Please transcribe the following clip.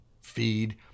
feed